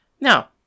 Now